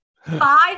five